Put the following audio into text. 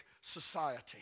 society